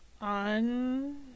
on